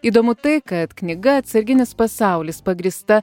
įdomu tai kad knyga atsarginis pasaulis pagrįsta